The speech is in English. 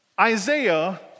Isaiah